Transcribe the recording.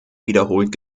wiederholt